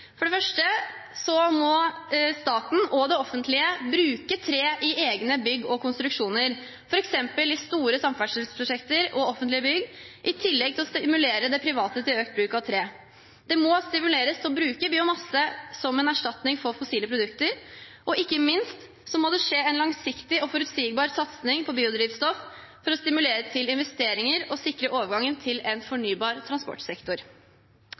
Staten og det offentlige må bruke tre i egne bygg og konstruksjoner, f.eks. i store samferdselsprosjekter og offentlige bygg, i tillegg til å stimulere det private til økt bruk av tre. Det må stimuleres til å bruke biomasse som en erstatning for fossile produkter, og ikke minst må det skje en langsiktig og forutsigbar satsing på biodrivstoff for å stimulere til investeringer og sikre overgangen til en fornybar transportsektor.